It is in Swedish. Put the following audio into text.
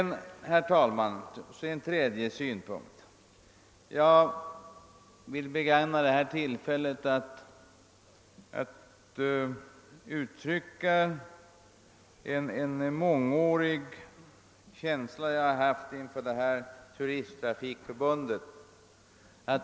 Jag vill även begagna detta tillfälle för att ge uttryck för en känsla som jag under många år haft när det gäller Tu risttrafikförbundet.